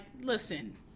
listen